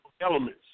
elements